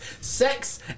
sex